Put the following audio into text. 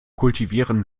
kultivieren